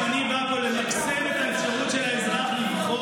כשאני בא פה למקסם את האפשרות של האזרח לבחור,